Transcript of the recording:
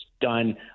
done